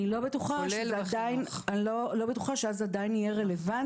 אני לא בטוחה שאז עדיין יהיה רלוונטי